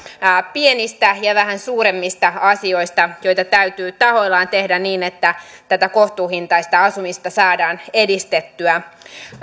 pienistä ja vähän suuremmista asioista joita täytyy tahoillaan tehdä niin että tätä kohtuuhintaista asumista saadaan edistettyä